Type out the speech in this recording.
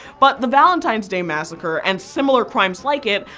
but the valentine's day massacre, and similar crimes like it,